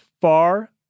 far